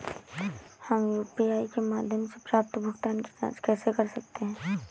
हम यू.पी.आई के माध्यम से प्राप्त भुगतान की जॉंच कैसे कर सकते हैं?